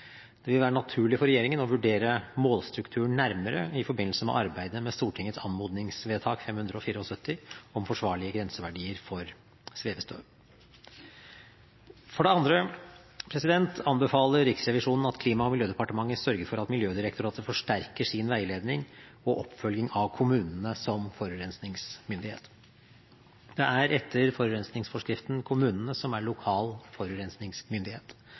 Det vil være naturlig for regjeringen å vurdere målstrukturen nærmere i forbindelse med arbeidet med Stortingets anmodningsvedtak 574 for 2014–2015 om forsvarlige grenseverdier for svevestøv. For det andre anbefaler Riksrevisjonen at Klima- og miljødepartementet sørger for at Miljødirektoratet forsterker sin veiledning og oppfølging av kommunene som forurensningsmyndighet. Det er etter forurensningsforskriften kommunene som er lokal forurensningsmyndighet.